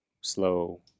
slow